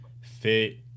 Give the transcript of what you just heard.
fit